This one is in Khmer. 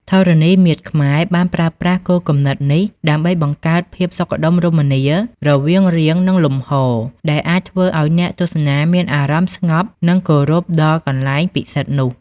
ធរណីមាត្រខ្មែរបានប្រើប្រាស់គោលគំនិតនេះដើម្បីបង្កើតភាពសុខដុមរមនារវាងរាងនិងលំហដែលអាចធ្វើឲ្យអ្នកទស្សនាមានអារម្មណ៍ស្ងប់និងគោរពដល់កន្លែងពិសិដ្ឋនោះ។